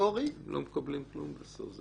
מנדטורי --- הם לא מקבלים כלום בסוף,